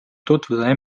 tutvuda